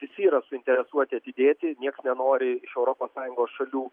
visi yra suinteresuoti atidėti niekas nenori iš europos sąjungos šalių